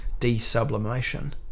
desublimation